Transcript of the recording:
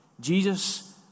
Jesus